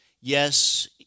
Yes